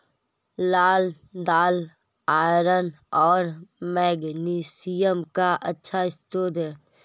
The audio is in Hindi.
लाल दालआयरन और मैग्नीशियम का अच्छा स्रोत है